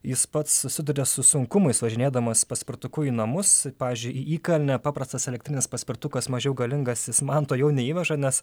jis pats susiduria su sunkumais važinėdamas paspirtuku į namus pavyzdžiui į įkalnę paprastas elektrinis paspirtukas mažiau galingas jis manto jo neįveža nes